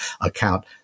account